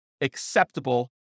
acceptable